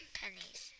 pennies